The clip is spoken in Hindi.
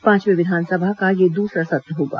पांचवी विधानसभा का यह दूसरा सत्र होगा